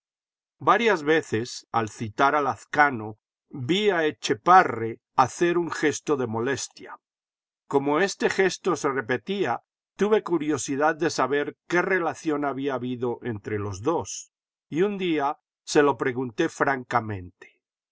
varias veces al citar a lazcano vi a etchepare hacer un gesto de molestia como este gesto se repetía tuve curiosidad de saber qué relación había habido entre los dos y un día se lo pregunté francamente